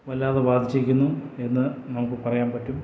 വല്ലാതെ ബാധിച്ചിരിക്കിന്നു എന്ന് നമുക്ക് പറയാൻ പറ്റും